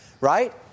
right